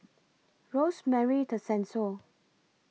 Rosemary Tessensohn